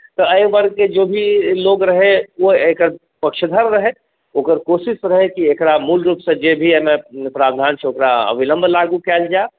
तऽ एहि वर्गके जे भी लोग रहै ओ एकर पक्षधर रहै ओकर कोशिश रहै कि एकरा मूल रूपसँ जे भी एहिमे प्रावधान छै ओकरा माँग छै ओकरा अविलम्ब लागू कयल जाय